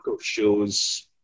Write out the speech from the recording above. shows